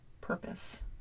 purpose